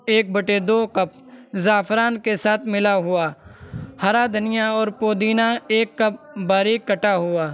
ایک بٹے دو کپ زعفران کے ساتھ ملا ہوا ہرا دھنیا اور پودینہ ایک کپ باریک کٹا ہوا